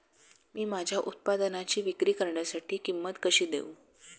मी माझ्या उत्पादनाची विक्री करण्यासाठी किंमत कशी देऊ?